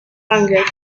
rangers